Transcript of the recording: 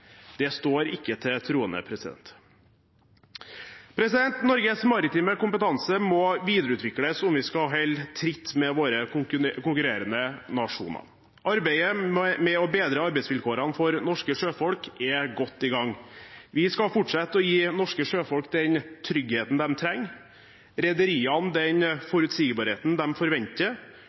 Det står ikke til troende. Norges maritime kompetanse må videreutvikles om vi skal holde tritt med våre konkurrerende nasjoner. Arbeidet med å bedre arbeidsvilkårene for norske sjøfolk er godt i gang. Vi skal fortsette å gi norske sjøfolk den tryggheten de trenger, rederiene den forutsigbarheten de forventer,